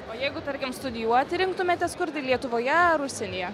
o jeigu tarkim studijuoti rinktumėtės kur tai lietuvoje ar užsienyje